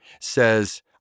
says